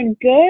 good